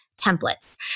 templates